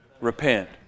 Repent